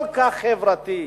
כל כך חברתית,